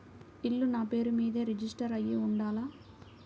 ఇల్లు నాపేరు మీదే రిజిస్టర్ అయ్యి ఉండాల?